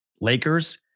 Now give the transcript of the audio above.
Lakers